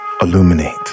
illuminate